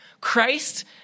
Christ